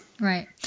Right